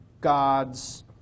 God's